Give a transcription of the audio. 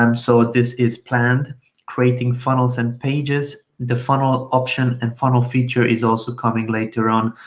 um so this is planned creating funnels and pages. the funnel option and funnel feature is also coming later on,